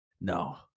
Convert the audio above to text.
No